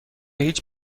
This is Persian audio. هیچ